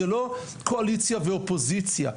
זה לא קואליציה ואופוזיציה.